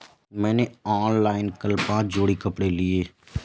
मैंने ऑनलाइन कल पांच जोड़ी कपड़े लिए